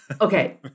okay